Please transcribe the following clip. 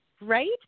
Right